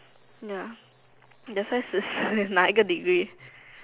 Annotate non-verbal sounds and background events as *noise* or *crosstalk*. ya that's why *noise* 拿一个 degree